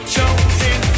Chosen